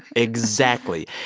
exactly.